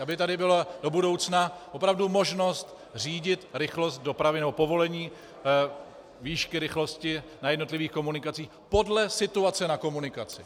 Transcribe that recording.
Aby tady byla do budoucna opravdu možnost řídit rychlost dopravy nebo povolení výšky rychlosti na jednotlivých komunikacích podle situace na komunikaci.